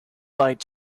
byte